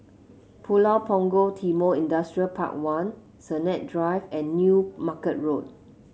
Pulau Punggol Timor Industrial Park One Sennett Drive and New Market Road